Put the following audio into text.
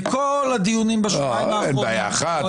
בכל הדיונים בשבועיים האחרונים --- אין בעיה אחת,